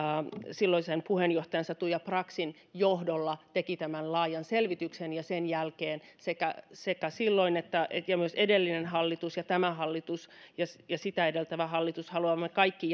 silloisen puheenjohtajansa tuija braxin johdolla teki tämän laajan selvityksen ja sen jälkeen sekä sekä silloinen että myös edellinen hallitus ja tämä hallitus ja sitä edeltävä hallitus ovat halunneet kaikki